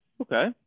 Okay